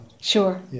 Sure